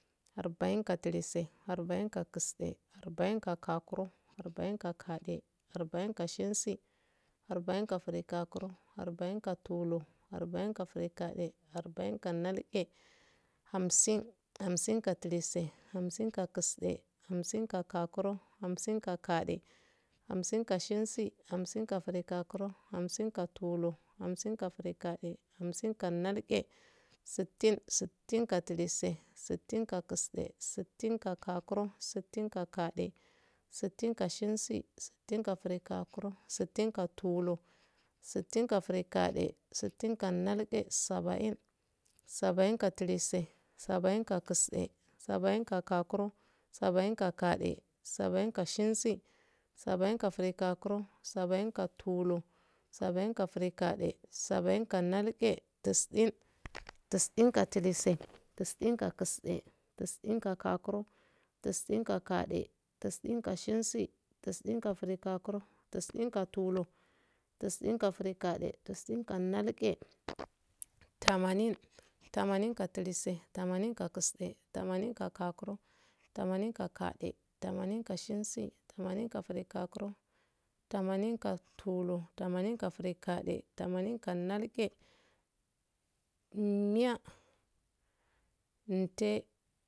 Arbain kalise arbainkakisde arbain kagakurokagade arbainkashens arbainka grigokuro arbainka tulur arbainka girgade arbainka arbainka nalge hamsin hamsinkalise hamsinkakisde hamsinka gakurokagade hamsinka shens hamsinka grigokuro hamsinka tulur hamsinka girgade hamsinka nalge sittin sittin kalise sittin kakisde sittin kagakurokagade sittin kashens sittin kagrigokuro sittin ka sittin tulur sittin ka sittin girgade sittin ka nalge sabain sabain kalise sabain kakisde sabain kagakurokagade sabain kashens sabain kagrigokuro sabain ka sabain tulur sabain ka sabain girgade sabain ka nalge tisin tisin kalise tisin kakisde tisin kagakurokagade tisin kashens tisin kagrigokuro tisin ka tisin tulur tisin ka tisin girgade tisin ka nalge tamanin tamanin kalise tamanin kakisde tamanin kagakurokagade tamanin kashens tamanin kagrigokuro tamanin ka tamanin tulur tamanin ka tamanin girgade tamanin ka nalge miya inte